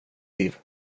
liv